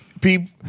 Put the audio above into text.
people